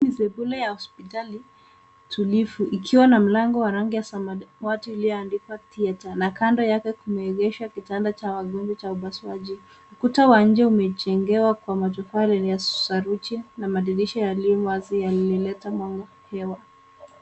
Hii ni sembule ya hospitali tulivu, ikiwa na mlango wa rangi ya samawati ilioandikwa Theater. Na kando yake kumeegeshwa kitanda cha wagonjwa cha upasuaji. Ukuta wa nje umejengewa kwa matofali ya saruji na madirisha yaliyo wazi yanayoleta mwanga na hewa.